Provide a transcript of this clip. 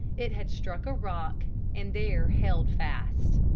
it had struck a rock and there held fast.